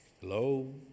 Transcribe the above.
Hello